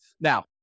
Now